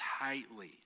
tightly